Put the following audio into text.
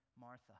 Martha